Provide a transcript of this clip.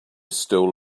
stole